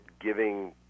giving